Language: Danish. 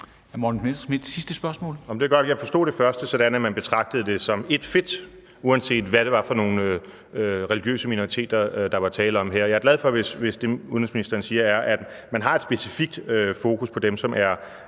Jeg forstod det første sådan, at man betragtede det som ét fedt, uanset hvad det var for nogle religiøse minoriteter, der var tale om her. Jeg er glad for, hvis det, udenrigsministeren siger, er, at man har et specifikt fokus på dem, som er